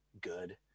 good